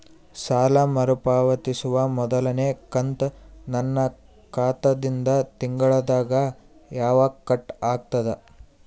ಸಾಲಾ ಮರು ಪಾವತಿಸುವ ಮೊದಲನೇ ಕಂತ ನನ್ನ ಖಾತಾ ದಿಂದ ತಿಂಗಳದಾಗ ಯವಾಗ ಕಟ್ ಆಗತದ?